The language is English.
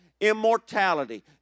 immortality